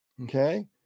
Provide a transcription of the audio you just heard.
Okay